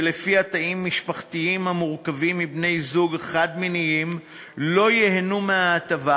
שלפיה תאים משפחתיים המורכבים מבני-זוג חד-מיניים לא ייהנו מההטבה,